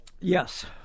Yes